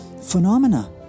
phenomena